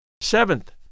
Seventh